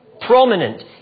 prominent